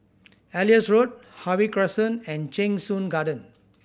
Elias Road Harvey Crescent and Cheng Soon Garden